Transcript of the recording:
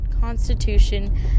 Constitution